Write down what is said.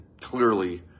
clearly